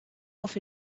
off